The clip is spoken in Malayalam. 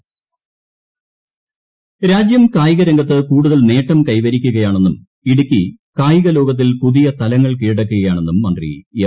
പവർ ലിഫ്റ്റിംഗ് രാജ്യം കായിക രംഗത്ത് കൂടുതൽ നേട്ടം കൈവരിക്കുകയാണെന്നും ഇടുക്കി കായിക ലോകത്തിൽ പുതിയ തലങ്ങൾ കീഴടക്കുകയാണെന്നും മന്ത്രി എം